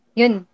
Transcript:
yun